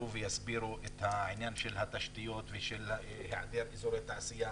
ויסבירו את העניין של התשתיות והיעדר אזורי תעשייה.